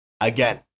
Again